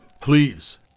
Please